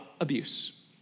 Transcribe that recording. abuse